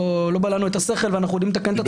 בלענו את השכל ואנחנו יודעים לתקן את עצמנו.